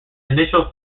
initial